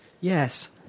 Yes